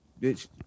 bitch